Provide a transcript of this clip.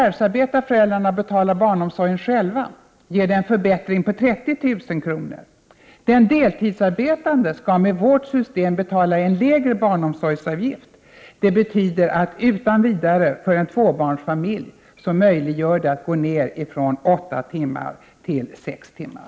Om föräldrarna förvärvsarbetar och betalar barnomsorgen själva ger det en förbättring på 30 000 kr. Den deltidsarbetande skall med vårt system betala en lägre barnomsorgsavgift. Det betyder att det för en tvåbarnsfamilj utan vidare blir möjligt att gå ner från åtta till sex timmar.